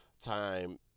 time